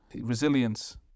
resilience